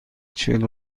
چهل